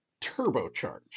turbocharged